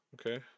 okay